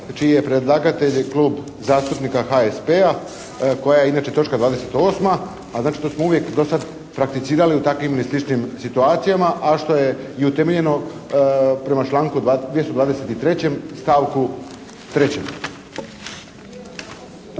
čiji je predlagatelj Klub zastupnika HSP-a koja je inače točka 28., a znači to smo uvijek do sad prakticirali u takvim ili sličnim situacijama, a što je i utemeljeno prema članku 223. stavku 3.